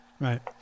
Right